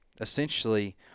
essentially